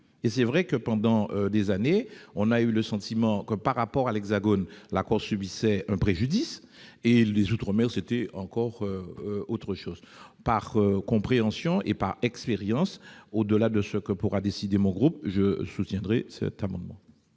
Certes, pendant des années, nous avons eu le sentiment que, par rapport à l'Hexagone, la Corse subissait un préjudice, et les outre-mer, c'était encore autre chose. Par compréhension, et par expérience, et indépendamment de ce que décidera mon groupe, je soutiendrai cet amendement.